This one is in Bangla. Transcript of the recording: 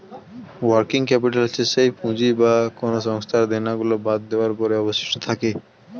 ওয়ার্কিং ক্যাপিটাল হচ্ছে সেই পুঁজি যা কোনো সংস্থার দেনা গুলো বাদ দেওয়ার পরে অবশিষ্ট থাকে